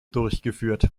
durchgeführt